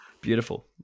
Beautiful